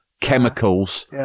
chemicals